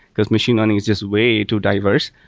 because machine learning is just way too diverse.